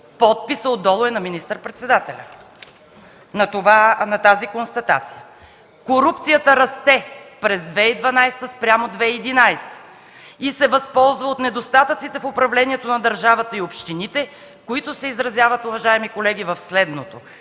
отдолу е на министър-председателят. „Корупцията расте през 2012 г. спрямо 2011 г. и се възползва от недостатъците в управлението на държавата и общините – които се изразяват, уважаеми колеги, в следното